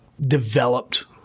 developed